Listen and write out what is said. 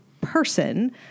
person